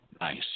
nice